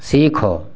ଶିଖ